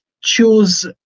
choose